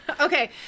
Okay